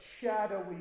shadowy